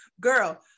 girl